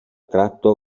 tratto